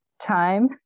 time